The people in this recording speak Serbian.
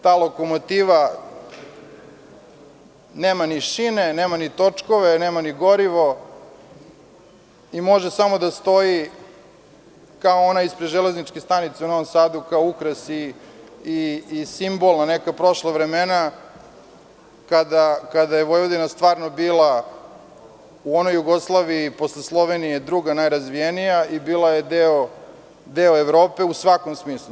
Ta lokomotiva nema ni šine, ni točkove, ni gorivo i može samo da stoji, kao ona ispred železničke stanice u Novom Sadu, kao ukras i simbol na neka prošla vremena, kada je Vojvodina stvarno bila u onoj Jugoslaviji, posle Slovenije, druga najrazvijenija i bila je deo Evrope u svakom smislu.